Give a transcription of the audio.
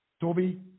Toby